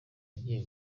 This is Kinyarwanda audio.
agiye